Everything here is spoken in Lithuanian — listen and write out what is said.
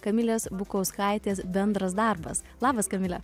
kamilės bukauskaitės bendras darbas labas kamile